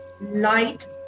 light